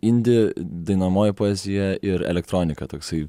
indi dainuojamoji poezija ir elektronika toksai